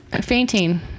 fainting